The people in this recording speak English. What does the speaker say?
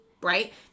right